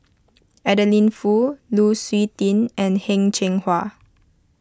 Adeline Foo Lu Suitin and Heng Cheng Hwa